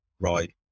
right